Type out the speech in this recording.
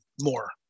more